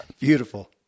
Beautiful